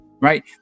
right